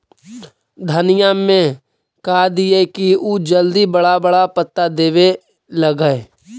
धनिया में का दियै कि उ जल्दी बड़ा बड़ा पता देवे लगै?